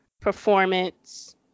performance